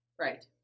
Right